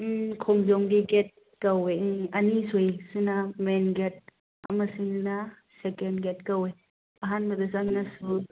ꯎꯝ ꯈꯣꯡꯖꯣꯝꯒꯤ ꯒꯦꯠ ꯀꯧꯋꯦ ꯎꯝ ꯑꯅꯤ ꯁꯨꯏ ꯁꯤꯅ ꯃꯦꯟ ꯒꯦꯠ ꯑꯃꯁꯤꯅ ꯁꯦꯀꯦꯟ ꯒꯦꯠ ꯀꯧꯋꯦ ꯑꯍꯥꯟꯕꯗ ꯆꯪꯉꯁꯦ ꯑꯣ